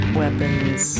weapons